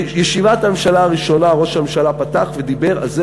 בישיבת הממשלה הראשונה ראש הממשלה פתח ודיבר על זה